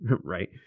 Right